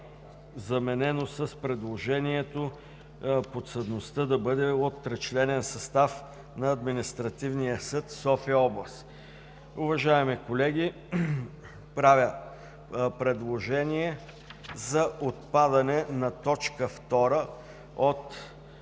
заменено с предложението подсъдността да бъде от тричленен състав на Административния съд – София област. Уважаеми колеги, правя предложение за отпадане на т. 2 от